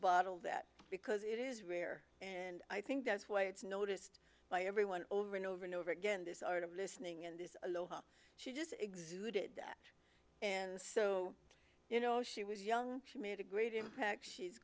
bottle that because it is rare and i think that's why it's noticed by everyone over and over and over again this art of listening and this she just exuded that and so you know she was young she made a great impact